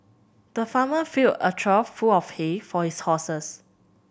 the farmer filled a trough full of hay for his horses